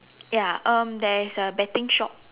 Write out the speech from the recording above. ya um there is a betting shop